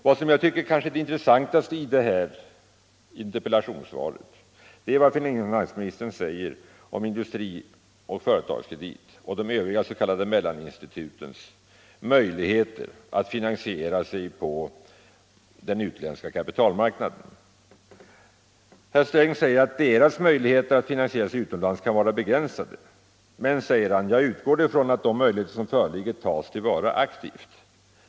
Vad jag tycker är intressantast i interpellationssvaret är vad finansministern säger om Industrikredit, Företagskredit och de övriga s.k. mellaninstitutens möjligheter att finansiera sig på den utländska kapitalmarknaden. Herr Sträng säger att deras möjligheter att finansiera sig utomlands kan vara begränsade. Han säger dock att han utgår från att de möjligheter som föreligger tas till vara aktivt.